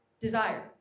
desire